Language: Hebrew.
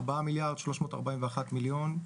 ארבעה מיליארד ו-341 מיליוני שקלים,